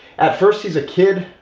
at first, he's a kid,